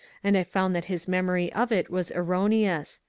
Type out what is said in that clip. and i found that his memory of it was erroneous.